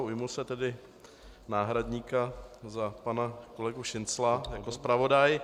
Ujmu se tedy role náhradníka za pana kolegu Šincla jako zpravodaj.